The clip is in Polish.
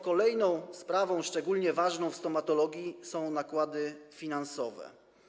Kolejną sprawą szczególnie ważną w stomatologii są nakłady finansowe.